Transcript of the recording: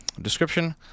description